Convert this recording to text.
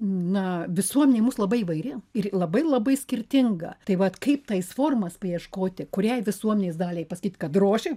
na visuomenė mūs labai įvairi ir labai labai skirtinga tai vat kaip tais formas paieškoti kuriai visuomenės daliai pasakyt kad droši